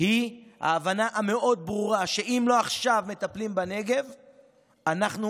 היא ההבנה המאוד-ברורה שאם לא מטפלים בנגב עכשיו,